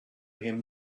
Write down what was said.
him